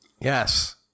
Yes